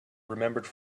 remembered